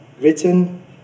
written